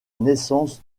naissance